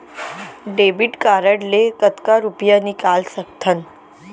Debit card ले कतका रुपिया निकाल सकथन?